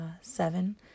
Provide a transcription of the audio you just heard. Seven